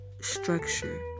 structure